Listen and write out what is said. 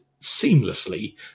seamlessly